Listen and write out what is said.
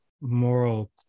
moral